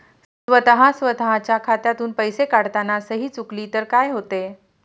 स्वतः स्वतःच्या खात्यातून पैसे काढताना सही चुकली तर काय होते?